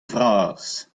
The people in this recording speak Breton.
vras